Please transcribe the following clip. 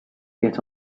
get